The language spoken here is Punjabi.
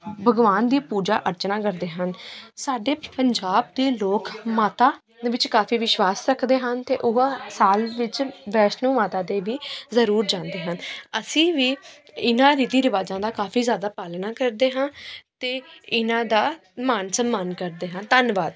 ਭਗਵਾਨ ਦੀ ਪੂਜਾ ਅਰਚਨਾ ਕਰਦੇ ਹਨ ਸਾਡੇ ਪੰਜਾਬ ਦੇ ਲੋਕ ਮਾਤਾ ਦੇ ਵਿੱਚ ਕਾਫ਼ੀ ਵਿਸ਼ਵਾਸ ਰੱਖਦੇ ਹਨ ਅਤੇ ਉਹ ਸਾਲ ਵਿੱਚ ਵੈਸ਼ਨੋ ਮਾਤਾ ਦੇ ਵੀ ਜ਼ਰੂਰ ਜਾਂਦੇ ਹਨ ਅਸੀਂ ਵੀ ਇਹਨਾਂ ਰੀਤੀ ਰਿਵਾਜ਼ਾਂ ਦਾ ਕਾਫ਼ੀ ਜ਼ਿਆਦਾ ਪਾਲਣਾ ਕਰਦੇ ਹਾਂ ਅਤੇ ਇਹਨਾਂ ਦਾ ਮਾਨ ਸਨਮਾਨ ਕਰਦੇ ਹਾਂ ਧੰਨਵਾਦ